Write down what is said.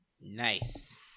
Nice